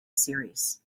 series